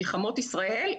מלחמות ישראל,